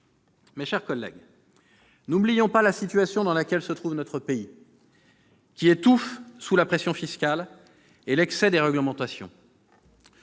Mes chers collègues, n'oublions pas la situation dans laquelle se trouve notre pays : il étouffe sous la pression fiscale et l'excès des réglementations